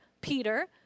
Peter